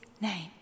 name